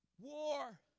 war